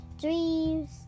dreams